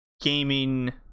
gaming